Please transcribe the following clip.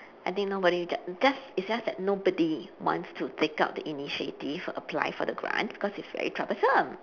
I think nobody just just it's just that nobody wants to take up the initiative to apply for the grant because it's very troublesome